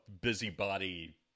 busybody